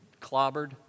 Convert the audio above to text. clobbered